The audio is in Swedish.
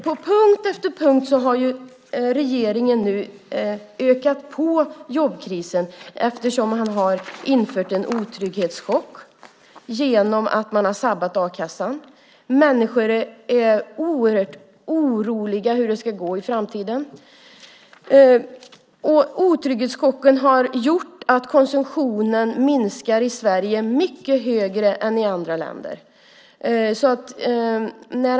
På punkt efter punkt har regeringen ökat på jobbkrisen eftersom man har orsakat en otrygghetschock genom att sabba a-kassan. Människor är oroliga för hur det ska gå i framtiden. Otrygghetschocken har gjort att konsumtionen i Sverige minskar mycket mer än i andra länder.